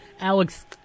Alex